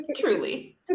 Truly